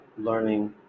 learning